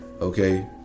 okay